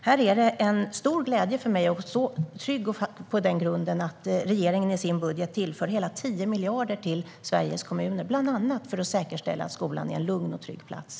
Det är en stor glädje för mig att stå trygg på grunden att regeringen i sin budget tillför hela 10 miljarder till Sveriges kommuner, bland annat för att säkerställa att skolan är en lugn och trygg plats.